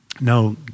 no